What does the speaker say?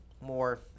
more